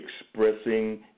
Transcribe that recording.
expressing